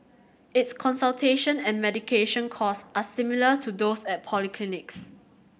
its consultation and medication cost are similar to those at polyclinics